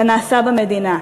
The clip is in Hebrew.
לנעשה במדינה.